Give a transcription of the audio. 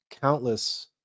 countless